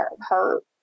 hurt